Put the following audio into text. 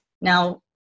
now